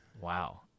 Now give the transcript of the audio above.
Wow